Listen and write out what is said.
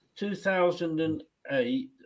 2008